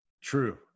True